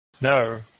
No